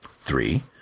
Three